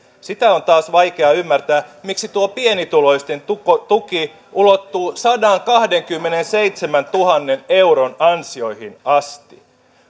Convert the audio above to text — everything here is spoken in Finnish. taas on vaikea ymmärtää miksi tuo pienituloisten tuki tuki ulottuu sadankahdenkymmenenseitsemäntuhannen euron ansioihin asti